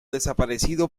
desaparecido